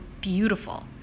beautiful